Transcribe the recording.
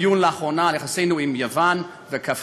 לאחרונה דיון על יחסינו עם יוון וקפריסין.